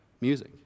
music